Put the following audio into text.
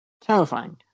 terrifying